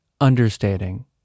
understating